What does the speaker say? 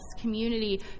community